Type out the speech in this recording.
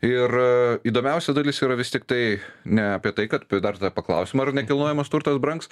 ir įdomiausia dalis yra vis tiktai ne apie tai kad ir dar tada paklausim ar nekilnojamas turtas brangs